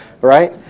right